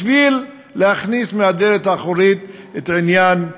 בשביל להכניס מהדלת האחורית את עניין ההתנחלויות.